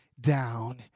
down